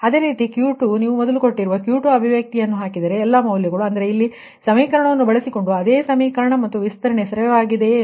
ಅದೇ ರೀತಿ ಆ Q2 ನೀವು ಮೊದಲು ಕೊಟ್ಟಿರುವ Q2 ಅಭಿವ್ಯಕ್ತಿಯನ್ನು ಹಾಕಿದರೆ ಎಲ್ಲಾ ಮೌಲ್ಯಗಳು ಆದರೆ ಇಲ್ಲಿ ಸಮೀಕರಣವನ್ನು ಬಳಸಿಕೊಂಡು ಅದೇ ಸಮೀಕರಣ ಮತ್ತು ವಿಸ್ತರಣೆ ಸರಿಯಾಗಿದೆಯೆ